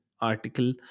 article